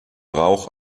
rauch